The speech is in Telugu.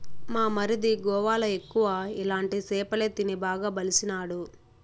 మా మరిది గోవాల ఎక్కువ ఇలాంటి సేపలే తిని బాగా బలిసినాడు